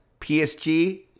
PSG